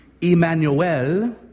Emmanuel